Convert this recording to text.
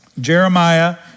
Jeremiah